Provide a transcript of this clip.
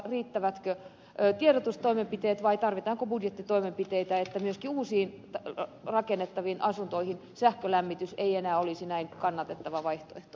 riittävätkö tiedotustoimenpiteet vai tarvitaanko budjettitoimenpiteitä että myöskään uusiin rakennettaviin asuntoihin sähkölämmitys ei enää olisi näin kannattava vaihtoehto